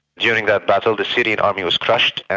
during that battle, the syrian army was crushed,